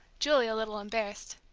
julie a little embarrassed.